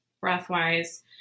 breath-wise